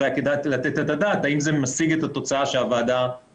בית המשפט שגם היום אומר,